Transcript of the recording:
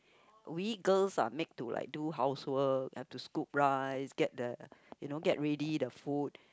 we girls are made to like do housework have to scoop rice get the you know get ready the food